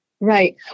Right